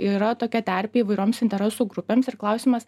yra tokia terpė įvairioms interesų grupėms ir klausimas